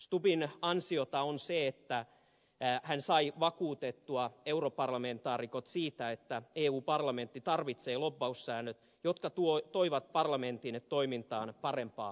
stubbin ansiota on se että hän sai vakuutettua europarlamentaarikot siitä että eu parlamentti tarvitsee lobbaussäännöt jotka toivat parlamentin toimintaan parempaa läpinäkyvyyttä